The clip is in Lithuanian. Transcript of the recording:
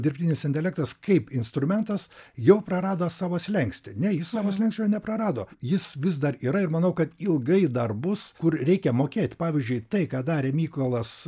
dirbtinis intelektas kaip instrumentas jau prarado savo slenkstį ne jis savo slenksčio neprarado jis vis dar yra ir manau kad ilgai dar bus kur reikia mokėt pavyzdžiui tai ką darė mykolas